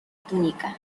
túnica